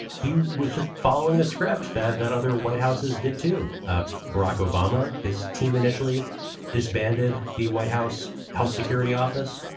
he was just following the script that that other white houses did to barack obama. his team initially disbanded. the white house health security office,